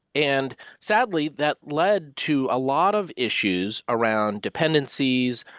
and sadly, that led to a lot of issues around dependencies,